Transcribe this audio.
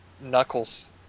Knuckles